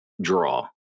draw